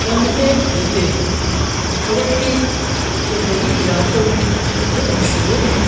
تمغے جیتے ہیں کبڈی جو دیہی علاقوں میں بہت مشہور ہے